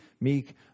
meek